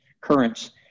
currents